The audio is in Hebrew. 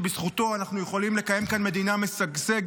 שבזכותו אנחנו יכולים לקיים כאן מדינה משגשגת,